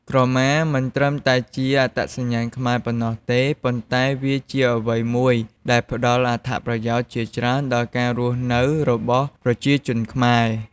ក្រមាមិនត្រឹមតែជាអត្តសញ្ញាណខ្មែរប៉ុណ្ណោះទេ ប៉ុន្តែវាជាអ្វីមួយដែលផ្ដល់អត្ថប្រយោជន៍ជាច្រើនដល់ការរស់នៅរបស់ប្រជាជនខ្មែរ។